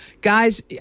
guys